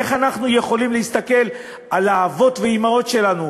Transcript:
איך אנחנו יכולים להסתכל על האבות והאימהות שלנו,